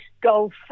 Golf